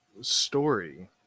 story